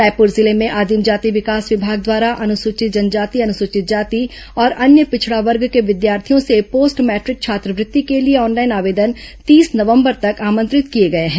रायपुर जिले में आदिम जाति विकास विभाग द्वारा अनुसूचित जनजाति अनुसूचित जाति और अन्य पिछड़ा वर्ग के विद्यार्थियों से पोस्ट मैट्रिक छात्रवृत्ति के लिए ऑनलाइन आवेदन तीस नवंबर तक आमंत्रित किए गए हैं